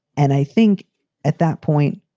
and i think at that point,